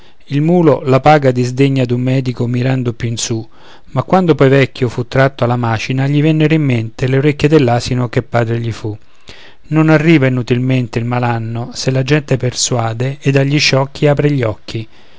il mulo la paga disdegna d'un medico mirando più in su ma quando poi vecchio fu tratto alla macina gli vennero in mente le orecchie dell'asino che padre gli fu non arriva inutilmente il malanno se la gente persuade ed agli sciocchi apre gli occhi